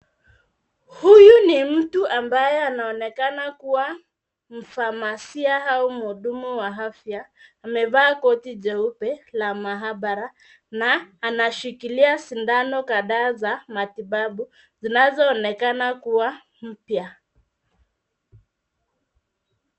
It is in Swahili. Huyu ni mtu ambaye anaonekana kuwa mfamasia au mhudumu wa afya. Amevaa koti jeupe la maabara na anashikilia sindano kadhaa za matibabu zinazo onekana kuwa mpya.